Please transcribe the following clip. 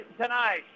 tonight